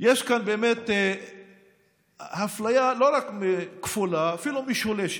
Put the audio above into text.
באמת אפליה, לא רק כפולה, אפילו משולשת,